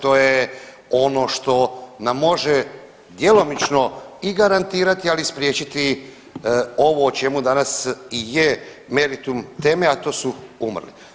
To je ono što nam može djelomično i garantirati, ali i spriječiti ovo o čemu danas i je meritum teme, a to su umrli.